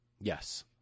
Yes